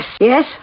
Yes